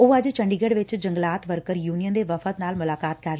ਉਹ ਅੱਜ ਚੰਡੀਗੜ੍ ਵਿਚ ਜੰਗਲਾਤ ਵਰਕਰ ਯੂਨੀਅਨ ਦੇ ਵਫ਼ਦ ਨਾਲ ਮੁਲਾਕਾਤ ਕਰ ਰਹੇ ਸਨ